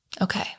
Okay